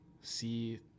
see